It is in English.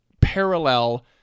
parallel